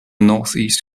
northeast